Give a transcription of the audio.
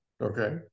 Okay